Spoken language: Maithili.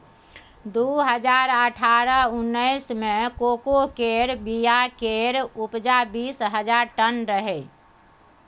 दु हजार अठारह उन्नैस मे कोको केर बीया केर उपजा बीस हजार टन रहइ